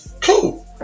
cool